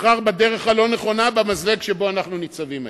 נבחר בדרך הלא-נכונה במזלג שבו אנחנו ניצבים היום.